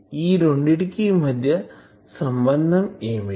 ఈ రెండిటికి మధ్య సంబంధం ఏమిటి